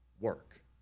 work